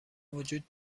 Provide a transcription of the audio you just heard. وجود